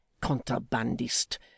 Contrabandist